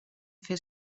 fer